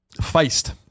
Feist